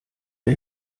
der